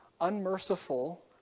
unmerciful